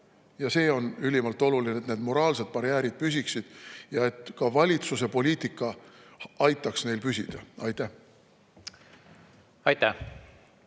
See on ülimalt oluline, et need moraalsed barjäärid püsiksid ja et ka valitsuse poliitika aitaks neil püsida. Aitäh! Aitäh!